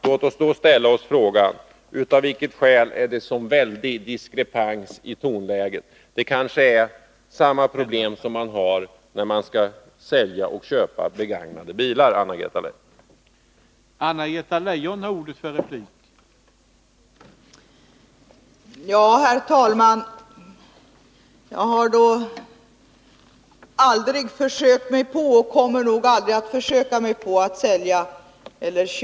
Låt mig då ställa frågan: Av vilket skäl är det en så väldig diskrepans i tonläget? Det är kanske samma problem som man har när man skall sälja och köpa begagnade bilar, Anna-Greta Leijon.